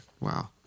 Wow